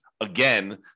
again